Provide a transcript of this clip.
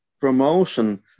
promotion